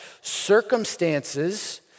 circumstances